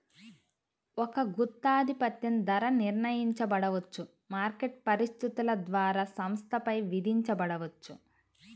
ఒక గుత్తాధిపత్యం ధర నిర్ణయించబడవచ్చు, మార్కెట్ పరిస్థితుల ద్వారా సంస్థపై విధించబడవచ్చు